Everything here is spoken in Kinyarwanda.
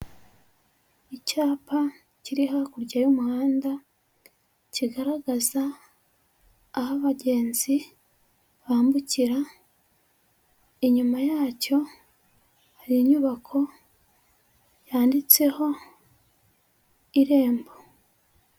Icyapa kiri hakurya y'umuhanda kigaragaza aho abagenzi bambukira, inyuma yacyo hari inyubako yanditseho irembo.